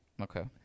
okay